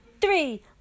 three